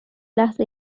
لحظه